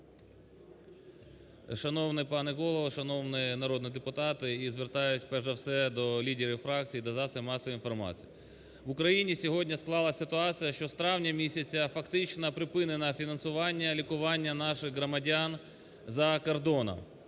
Шановний пане Голово! Шановні народні депутати! І звертаюсь, перш за все, до лідерів фракцій, до засобів масової інформації. В Україні сьогодні склалась ситуація, що з травня фактично припинено фінансування лікування наших громадян за кордоном.